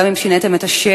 גם אם שיניתם את השם,